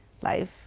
life